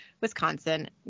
wisconsin